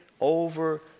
over